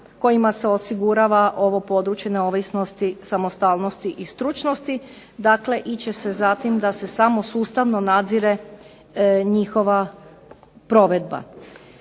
kojima se osigurava ovo područje neovisnosti, samostalnosti i stručnosti. Dakle, ići će se za tim da se samo sustavno nadzire njihova provedba.